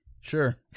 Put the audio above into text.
Sure